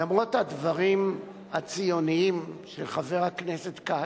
למרות הדברים הציוניים של חבר הכנסת כץ,